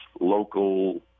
local